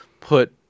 put